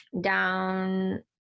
down